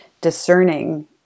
discerning